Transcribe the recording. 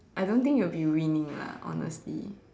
I don't think you'll be winning lah honestly